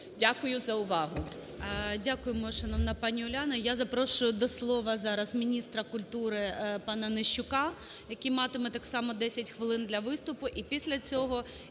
Дякую за увагу.